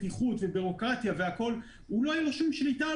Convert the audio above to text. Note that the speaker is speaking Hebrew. בסך הכל אומרים: